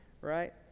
right